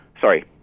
sorry